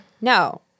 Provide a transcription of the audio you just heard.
no